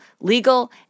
legal